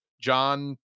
John